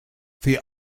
the